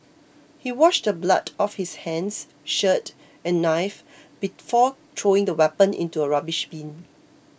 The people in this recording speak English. he washed the blood off his hands shirt and knife before throwing the weapon into a rubbish bin